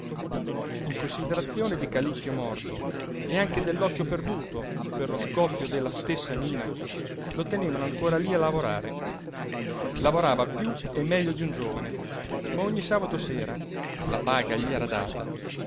in considerazione di calicchio morto e anche dell'occhio perduto per lo scoppio della stessa mina lo tenevano ancora lí a lavorare lavorava piú e meglio di un giovane ma ogni sabato sera la paga gli era data